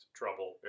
trouble